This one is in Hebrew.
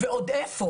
ועוד איפה